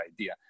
idea